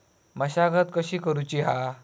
मशागत कशी करूची हा?